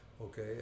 okay